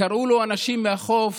קראו לו אנשים מהחוף